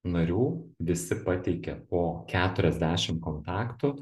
narių visi pateikia po keturiasdešim kontaktų